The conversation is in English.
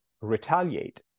retaliate